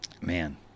man